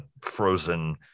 frozen